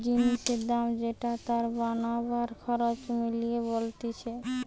জিনিসের দাম যেটা তার বানাবার খরচ মিলিয়ে বলতিছে